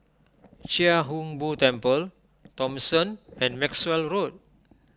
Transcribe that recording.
Chia Hung Boo Temple Thomson and Maxwell Road